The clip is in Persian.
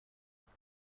قصری